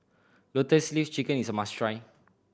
Lotus Leaf Chicken is a must try